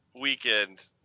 weekend